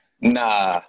Nah